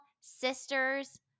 sisters